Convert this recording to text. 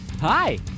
Hi